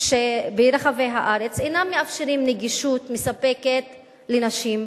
ברחבי הארץ אינם מאפשרים נגישות מספקת לנשים רבות,